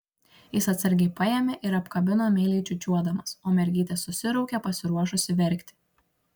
jis atsargiai paėmė ir apkabino meiliai čiūčiuodamas o mergytė susiraukė pasiruošusi verkti